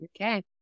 Okay